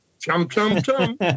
chum-chum-chum